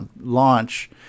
launch